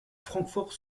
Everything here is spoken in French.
francfort